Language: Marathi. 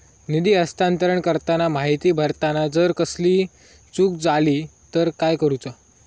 निधी हस्तांतरण करताना माहिती भरताना जर कसलीय चूक जाली तर काय करूचा?